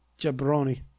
jabroni